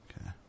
Okay